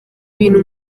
bintu